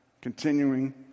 continuing